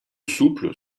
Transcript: souple